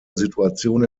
situation